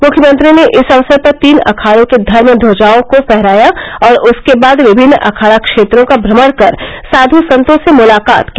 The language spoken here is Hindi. मुख्यमंत्री ने इस अवसर पर तीन अखाड़ों के धर्म ध्वजाओं को फहराया और उसके बाद विभिन्न अखाड़ा क्षेत्रों का भ्रमण कर साध् संतों से मुलाकात की